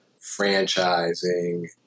franchising